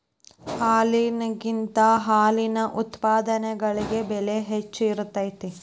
ಹಾಲಿನಕಿಂತ ಹಾಲಿನ ಉತ್ಪನ್ನಗಳಿಗೆ ಬೆಲೆ ಹೆಚ್ಚ ಇರತೆತಿ